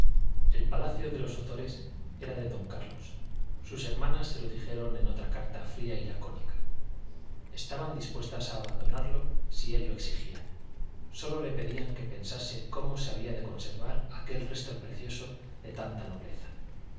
el palacio de los ozores era de don carlos sus hermanas se lo dijeron en otra carta fría y lacónica estaban dispuestas a abandonarlo si él lo exigía sólo le pedían que pensase cómo se había de conservar aquel resto precioso de tanta nobleza